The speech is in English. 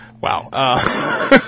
Wow